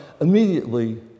immediately